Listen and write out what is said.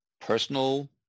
personal